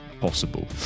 possible